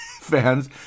fans